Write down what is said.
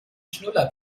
schnuller